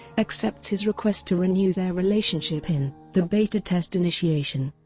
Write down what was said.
accepts his request to renew their relationship in the beta test initiation.